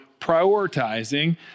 prioritizing